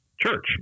church